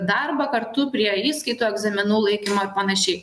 darbą kartu prie įskaitų egzaminų laikymo ar panašiai